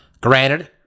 Granted